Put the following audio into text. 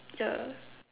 ya